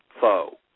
foe